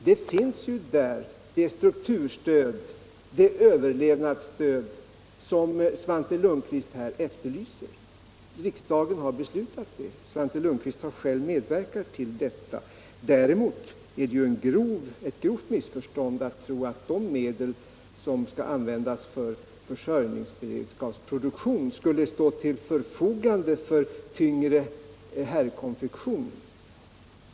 Där finns det strukturstöd, det överlevnadsstöd, som Svante Lundkvist här efterlyser. Riksdagen har beslutat om det; Svante Lundkvist har själv medverkat till detta. Däremot är det ett grovt missförstånd att tro att de medel som skall användas för försörjningsberedskapsproduktion skulle stå till förfogande för tyngre herrkonfektion.